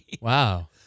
Wow